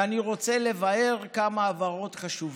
ואני רוצה להבהיר כמה הבהרות חשובות.